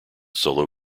solo